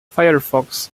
firefox